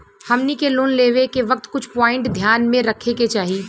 हमनी के लोन लेवे के वक्त कुछ प्वाइंट ध्यान में रखे के चाही